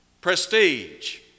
Prestige